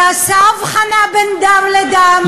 ועשה הבחנה בין דם לדם.